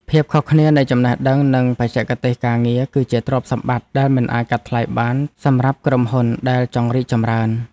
ភាពខុសគ្នានៃចំណេះដឹងនិងបច្ចេកទេសការងារ គឺជាទ្រព្យសម្បត្តិដែលមិនអាចកាត់ថ្លៃបានសម្រាប់ក្រុមហ៊ុនដែលចង់រីកចម្រើន។